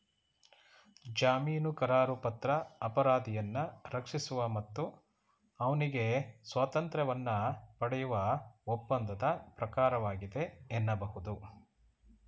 ಜಾಮೀನುಕರಾರುಪತ್ರ ಅಪರಾಧಿಯನ್ನ ರಕ್ಷಿಸುವ ಮತ್ತು ಅವ್ನಿಗೆ ಸ್ವಾತಂತ್ರ್ಯವನ್ನ ಪಡೆಯುವ ಒಪ್ಪಂದದ ಪ್ರಕಾರವಾಗಿದೆ ಎನ್ನಬಹುದು